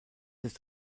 ist